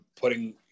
putting